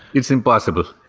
it's impossible.